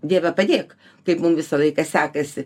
dieve padėk kaip mum visą laiką sekasi